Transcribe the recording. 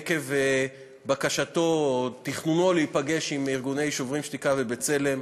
עקב בקשתו או תכנונו להיפגש עם "שוברים שתיקה" ו"בצלם",